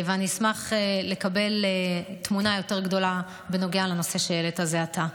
אני אשמח לקבל תמונה יותר גדולה בנוגע לנושא שהעלית זה עתה.